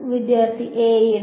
വിദ്യാർത്ഥി a യുടെ